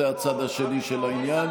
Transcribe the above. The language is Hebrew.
זה הצד השני של העניין,